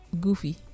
goofy